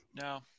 No